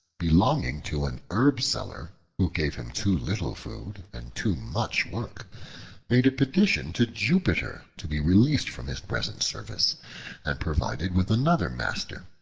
belonging to an herb-seller who gave him too little food and too much work made a petition to jupiter to be released from his present service and provided with another master.